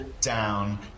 down